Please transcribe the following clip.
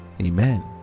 Amen